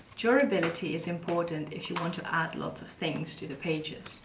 durability is important if you want to add lots of things to the pages.